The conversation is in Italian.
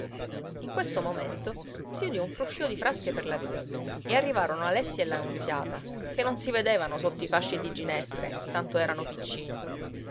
in questo momento si udì un fruscio di frasche per la via e arrivarono alessi e la nunziata che non si vedevano sotto i fasci di ginestre tanto erano piccini